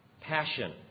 passion